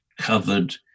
covered